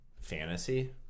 fantasy